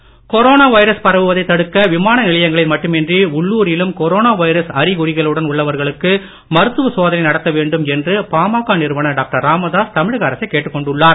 PMK corona virus பரவுவதை தடுக்க விமானநிலையங்களில் மட்டுமின்றி உள்ளுரிலும் கொரோனா வைரஸ் அறிகுறிகளுடன் உள்ளவர்களுக்கு மருத்துவ சோதனை நடத்த வேண்டும் என்று பாமக நிறுவனர் டாக்டர் ராமதாஸ் தமிழக அரசை கேட்டுக்கொண்டுள்ளார்